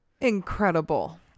Incredible